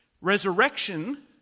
Resurrection